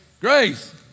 Grace